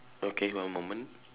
okay one moment